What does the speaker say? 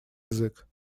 язык